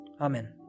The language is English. Amen